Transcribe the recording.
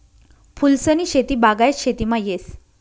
फूलसनी शेती बागायत शेतीमा येस